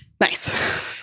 Nice